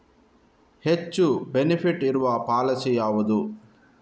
ಹೆಚ್ಚು ಬೆನಿಫಿಟ್ ಇರುವ ಪಾಲಿಸಿ ಯಾವುದು?